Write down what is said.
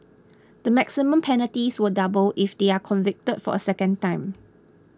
the maximum penalties will double if they are convicted for a second time